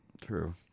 True